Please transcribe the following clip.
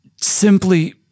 simply